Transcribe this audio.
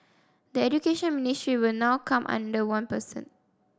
the Education Ministry will now come under one person